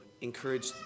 encourage